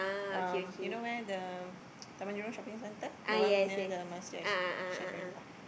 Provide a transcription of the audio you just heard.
um you know where the Taman-Jurong-Shopping-Centre the one near the Masjid-Assyakirin ah